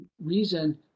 reason